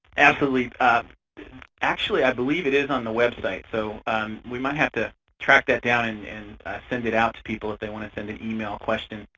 absolutely. actually, i believe it is on the website. so we might have to track that down and and send it out to people if they want to send an email question.